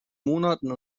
monaten